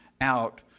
out